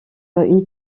une